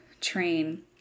train